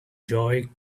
joi